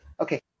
Okay